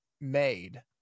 made